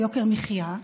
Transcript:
על יוקר מחיה,